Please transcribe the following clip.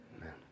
Amen